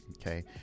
okay